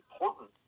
important